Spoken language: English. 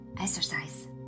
exercise